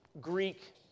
Greek